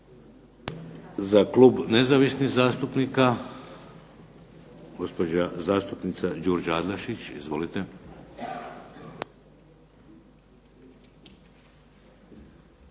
Za klub nezavisnih zastupnika, gospođa zastupnica Đurđa Adlešić. Izvolite.